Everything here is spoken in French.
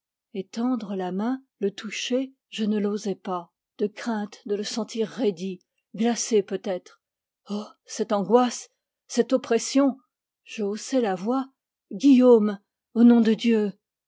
étendre la main le toucher je ne l'osais pas de crainte de le sentir raidi glacé peut-être oh cette angoisse cette oppression je haussai la voix guillaume au nom de dieu